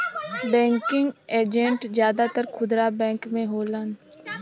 banking agent जादातर खुदरा bank में होलन